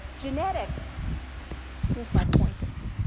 genetics where's my pointer here